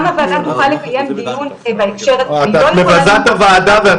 --- וגם הוועדה תוכל לקיים דיון בהקשר --- את מבזה את הוועדה ואת